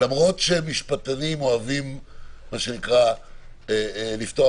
למרות שמשפטנים אוהבים מה שנקרא "לפתוח